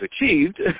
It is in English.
achieved